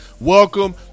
Welcome